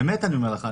האמת אני אומר לך,